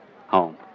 Home